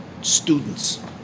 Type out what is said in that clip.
students